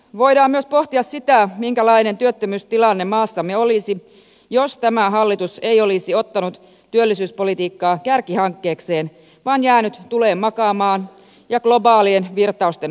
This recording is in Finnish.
voidaan myös pohtia sitä minkälainen työttömyystilanne maassamme olisi jos tämä hallitus ei olisi ottanut työllisyyspolitiikkaa kärkihankkeekseen vaan jäänyt tuleen makaamaan ja globaalien virtausten vietäväksi